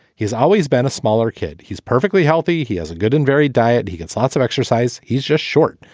he's always been a smaller kid. he's perfectly healthy. he has a good and very diet. he gets lots of exercise. he's just short.